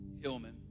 Hillman